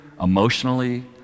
emotionally